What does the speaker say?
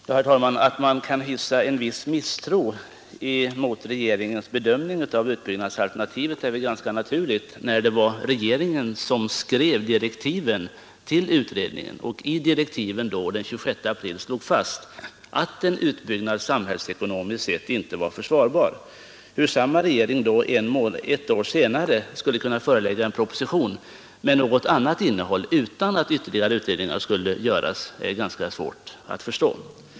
Herr talman! Att man kan hysa en viss misstro mot regeringens bedömning av utbyggnadsalternativet är väl ganska naturligt med tanke på att det var regeringen som skrev direktiven till utredningen och i dessa den 26 april 1972 slog fast, att en utbyggnad samhällsekonomiskt inte var försvarbar. Hur samma regering ett år senare skulle kunna lägga fram en proposition med något annat innehåll utan att ytterligare utredningar skulle göras är ganska svårt att förstå.